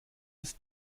ist